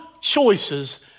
choices